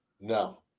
No